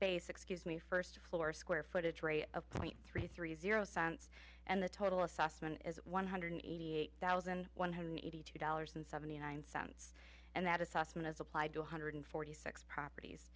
base excuse me first floor square footage rate of point three three zero cents and the total assessment is one hundred eighty eight thousand one hundred eighty two dollars and seventy nine cents and that assessment is applied to one hundred forty six properties